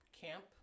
Camp